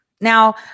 Now